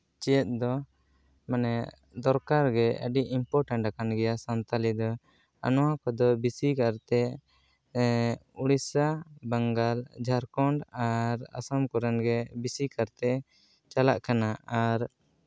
ᱪᱮᱫ ᱫᱚ ᱢᱟᱱᱮ ᱫᱚᱨᱠᱟᱨ ᱜᱮ ᱟᱹᱰᱤ ᱤᱱᱯᱳᱨᱴᱮᱱᱴ ᱠᱟᱱ ᱜᱮᱭᱟ ᱥᱟᱱᱛᱟᱲᱤ ᱫᱚ ᱟᱨ ᱱᱚᱣᱟ ᱠᱚᱫᱚ ᱵᱮᱥᱤ ᱠᱟᱨᱛᱮ ᱳᱰᱤᱥᱟ ᱵᱮᱝᱜᱚᱞ ᱡᱷᱟᱲᱠᱷᱚᱸᱰ ᱟᱨ ᱟᱥᱟᱢ ᱠᱚᱨᱮ ᱜᱮ ᱵᱮᱥᱤ ᱠᱟᱛᱮ ᱪᱟᱞᱟᱜ ᱠᱟᱱᱟ ᱟᱨ